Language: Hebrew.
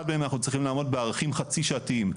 מהם אנחנו צריכים לעמוד בערכים חצי שעתיים,